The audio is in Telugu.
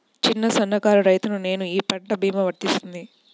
చిన్న సన్న కారు రైతును నేను ఈ పంట భీమా వర్తిస్తుంది?